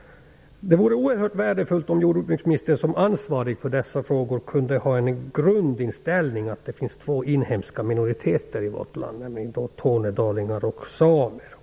Det vore oerhört värdefullt om jordbruksministern, som är ansvarig för dessa frågor, kunde ha grundinställningen att det finns två inhemska minoriteter i vårt land, nämligen tornedalingar och samer.